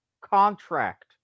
contract